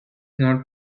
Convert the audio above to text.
not